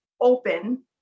open